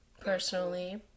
Personally